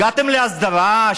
הגעתם להסדרה?